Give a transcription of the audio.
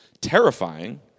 terrifying